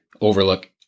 overlook